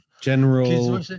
general